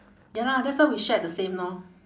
ya lah that's what we shared the same lor